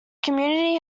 community